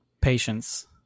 patience